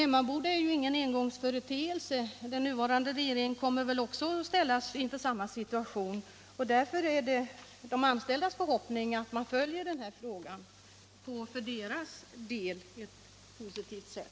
Emmaboda är ju ingen engångsföretelse, och den nuvarande regeringen kommer väl att ställas inför samma situation. Därför är det de anställdas förhoppning att man följer denna fråga på ett för deras del positivt sätt.